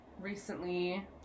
recently